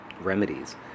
remedies